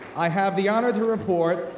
i have the honor to report,